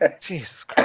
Jesus